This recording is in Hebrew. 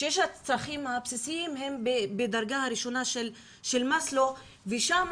ששת הצרכים הבסיסיים הם בדרגה הראשונה של מסלו ושם